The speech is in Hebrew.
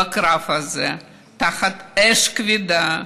בקרב הזה, תחת אש כבדה,